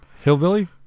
Hillbilly